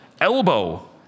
elbow